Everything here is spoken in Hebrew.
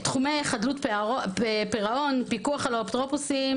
תחומי חדלות פירעון, פיקוח על האפוטרופוסים